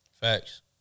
Facts